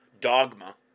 dogma